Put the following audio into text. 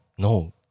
No